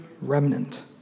remnant